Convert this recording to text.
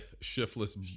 Shiftless